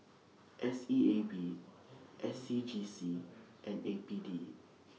S E A B S C G C and A P D